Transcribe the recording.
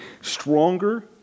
stronger